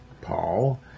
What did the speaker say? Paul